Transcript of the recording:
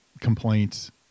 complaints